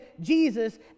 Jesus